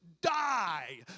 die